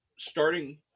starting